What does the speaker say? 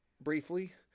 briefly